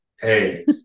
Hey